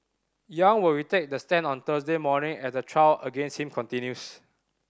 Yang will retake the stand on Thursday morning as the trial against him continues